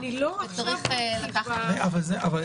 וצריך לקחת את זה בחשבון.